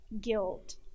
guilt